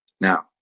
Now